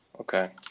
Okay